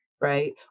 Right